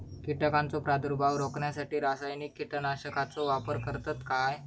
कीटकांचो प्रादुर्भाव रोखण्यासाठी रासायनिक कीटकनाशकाचो वापर करतत काय?